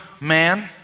man